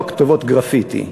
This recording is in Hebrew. לא כתובות גרפיטי,